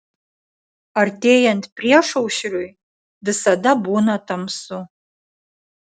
artėjant priešaušriui visada būna tamsu